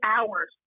hours